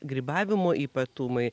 grybavimo ypatumai